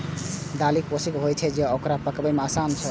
दालि पौष्टिक होइ छै आ पकबै मे आसान छै